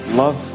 love